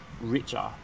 richer